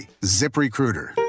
ZipRecruiter